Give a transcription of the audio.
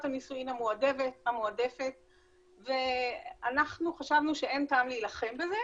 הנישואים המועדפת ואנחנו חשבנו שאין טעם להילחם בזה,